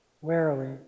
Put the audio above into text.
warily